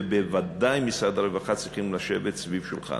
ובוודאי משרד הרווחה, צריכים לשבת סביב שולחן.